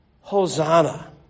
Hosanna